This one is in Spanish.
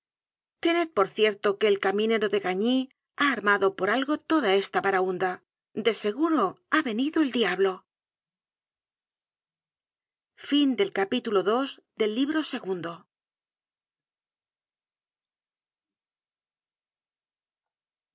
tened por cierto que él caminero de gagny ha armado por algo toda esta baraunda de seguro ha venido el diablo